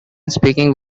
speaking